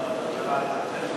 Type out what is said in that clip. הפנים והגנת